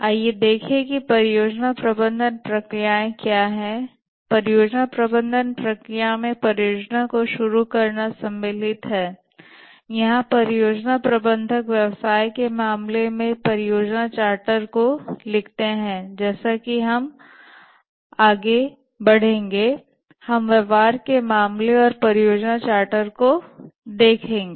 आइए देखें कि परियोजना प्रबंधन प्रक्रियाएँ क्या हैं परियोजना प्रबंधन प्रक्रिया में परियोजना को शुरू करना सम्मिलितहैं यहाँ परियोजना प्रबंधक व्यवसाय के मामले और परियोजना चार्टर को लिखते हैं जैसा कि हम आगे बढ़ेंगे हम व्यापार के मामले और परियोजना चार्टर को देखेंगे